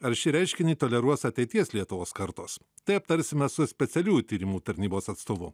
ar šį reiškinį toleruos ateities lietuvos kartos tai aptarsime su specialiųjų tyrimų tarnybos atstovu